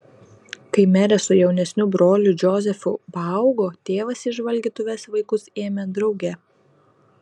kai merė su jaunesniu broliu džozefu paaugo tėvas į žvalgytuves vaikus ėmė drauge